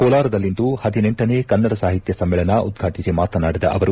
ಕೋಲಾರದಲ್ಲಿಂದು ಪದಿನೆಂಟನೇ ಕನ್ನಡ ಸಾಹಿತ್ಯ ಸಮ್ನೇಳನ ಉದ್ಘಾಟಿಸಿ ಮಾತನಾಡಿದ ಅವರು